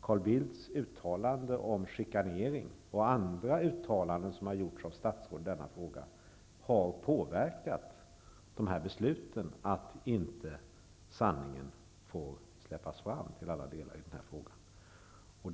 Carl Bildts uttalande om chikanering och andra uttalanden som har gjorts av statsråd i denna fråga har påverkat dessa beslut, så att sanningen i denna fråga inte till alla delar får släppas fram.